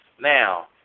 Now